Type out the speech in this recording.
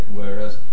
whereas